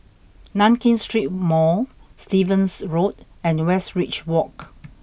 Nankin Street Mall Stevens Road and Westridge Walk